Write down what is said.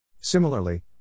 Similarly